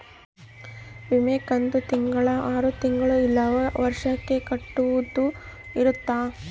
ವಿಮೆ ಕಂತು ತಿಂಗಳ ಆರು ತಿಂಗಳ ಇಲ್ಲ ವರ್ಷ ಕಟ್ಟೋದ ಇರುತ್ತ